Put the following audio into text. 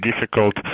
difficult